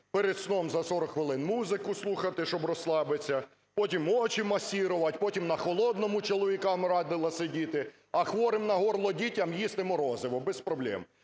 перед сном за 40 хвилин музику слухати, щоб розслабитися; потім очі масирувати; потім на холодному чоловікам радила сидіти, а хворим на горло дітям їсти морозиво без проблем.